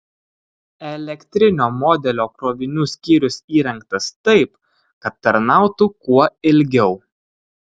elektrinio modelio krovinių skyrius įrengtas taip kad tarnautų kuo ilgiau